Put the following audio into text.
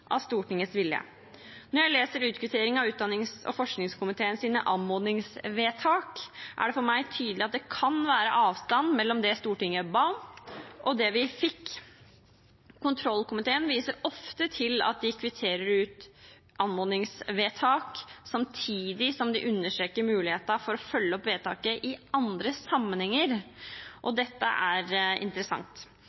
av Stortingets vilje. Når jeg leser utkvitteringen av utdannings- og forskningskomiteens anmodningsvedtak, er det for meg tydelig at det kan være avstand mellom det Stortinget ba om, og det vi fikk. Kontrollkomiteen viser ofte til at de kvitterer ut anmodningsvedtak samtidig som de undersøker muligheten for å følge opp vedtaket i andre sammenhenger, og